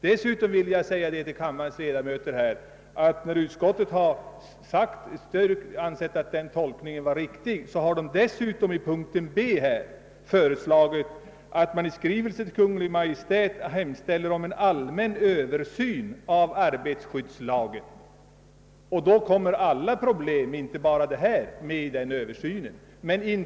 Dessutom vill jag påpeka för kammarens ledamöter, att utskottet under punkten B har föreslagit att riksdagen i skrivelse till Kungl. Maj:t hemställer om en allmän översyn av arbetar skyddslagen. I en sådan översyn kommer många problem att tas upp till behandling.